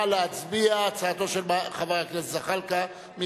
הצעתו של חבר הכנסת זחאלקה.